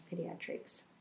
pediatrics